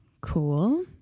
Cool